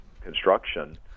construction